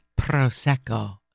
Prosecco